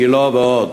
גילה ועוד.